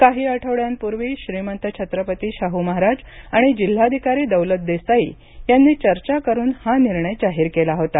काही आठवड्यांपूर्वी श्रीमंत शाहू महाराज आणि जिल्हाधिकारी दौलत देसाई यांनी चर्चा करुन हा निर्णय जाहीर केला होता